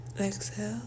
Exhale